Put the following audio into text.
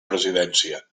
presidència